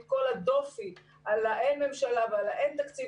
כל הדופי על האין ממשלה ועל האין תקציב.